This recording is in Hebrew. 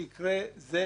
זה,